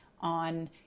on